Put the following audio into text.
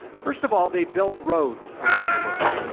first of all, they built roads around the world.